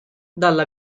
dalla